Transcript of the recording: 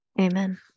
amen